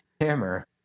hammer